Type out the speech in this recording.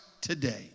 today